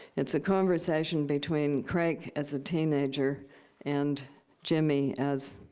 it's a conversation between crake as a teenager and jimmy as,